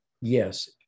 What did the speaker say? yes